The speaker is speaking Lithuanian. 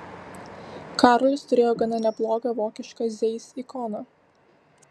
karolis turėjo gana neblogą vokišką zeiss ikoną